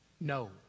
No